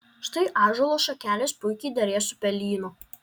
štai ąžuolo šakelės puikiai derės su pelyno